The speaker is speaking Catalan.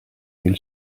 mil